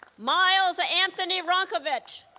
miles ah anthony wronkovich